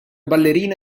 ballerina